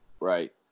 right